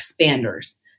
expanders